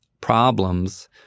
problems